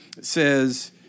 says